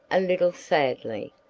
a little sadly,